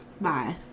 Bye